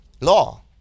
law